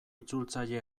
itzultzaile